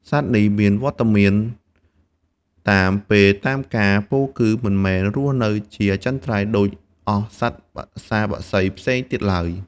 សត្វនេះ មានវត្តមានតាមពេលតាមកាលពោលគឺមិនមែនរស់នៅជាអចិន្ត្រៃយ៍ដូចអស់សត្វបក្សាបក្សីផ្សេងទៀតឡើយ។